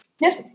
Yes